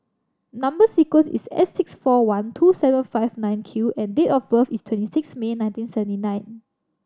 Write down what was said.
number sequence is S six four one two seven five nine Q and date of birth is twenty six May nineteen seventy nine